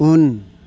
उन